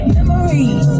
Memories